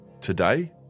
today